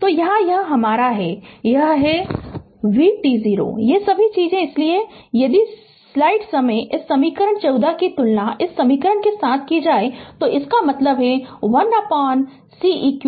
तो यहाँ यह हमारा है जो हमारा है vt0 ये सभी चीजें इसलिए यदि स्लाइड समय इस समीकरण 14 की तुलना इस समीकरण के साथ समीकरण के साथ हो तो इसका मतलब है 1Ceq